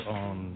on